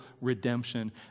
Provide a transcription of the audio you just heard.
redemption